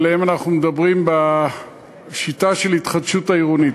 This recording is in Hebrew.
שעליהם אנחנו מדברים בשיטה של התחדשות עירונית.